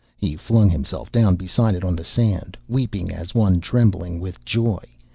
he flung himself down beside it on the sand, weeping as one trembling with joy,